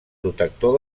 protector